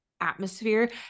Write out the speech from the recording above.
atmosphere